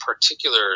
particular